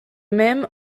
même